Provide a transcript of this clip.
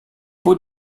peaux